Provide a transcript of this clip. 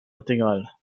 intégrale